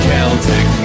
Celtic